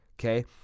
Okay